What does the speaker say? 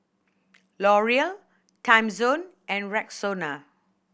L'Oreal Timezone and Rexona